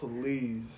please